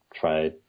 try